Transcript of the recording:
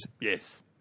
Yes